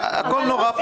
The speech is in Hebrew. הכול נורא פשוט.